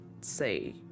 say